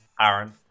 Aaron